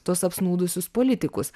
tuos apsnūdusius politikus